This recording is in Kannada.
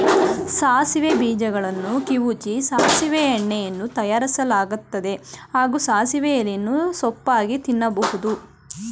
ಸಾಸಿವೆ ಬೀಜಗಳನ್ನು ಕಿವುಚಿ ಸಾಸಿವೆ ಎಣ್ಣೆಯನ್ನೂ ತಯಾರಿಸಲಾಗ್ತದೆ ಹಾಗೂ ಸಾಸಿವೆ ಎಲೆಯನ್ನು ಸೊಪ್ಪಾಗಿ ತಿನ್ಬೋದು